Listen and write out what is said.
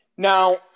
Now